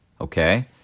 Okay